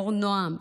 אור נועם,